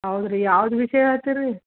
ಹೌದ್ರಿ ಯಾವ್ದು ವಿಷಯ ಹೇಳ್ತೀ ರೀ